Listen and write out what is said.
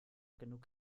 genug